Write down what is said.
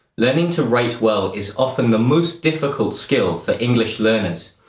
learning to write well is often the most difficult skill for english learners.